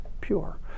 pure